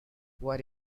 what